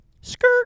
Skirt